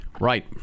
Right